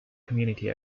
community